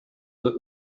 that